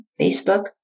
Facebook